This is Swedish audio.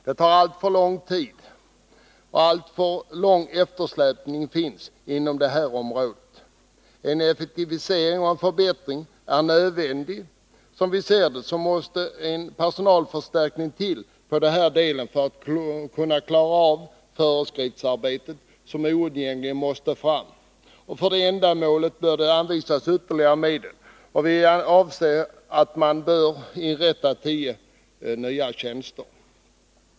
Detta tar alltför lång tid och eftersläpningen är för stor inom det här området. En effektivisering och förbättring är nödvändig. Som vi ser det måste en personalförstärkning till för att klara av det föreskriftsarbete som oundgängligen måste fram. Och för det ändamålet bör det anvisas ytterligare medel. Vi anser att man här borde inrätta tio nya tjänster.